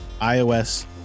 iOS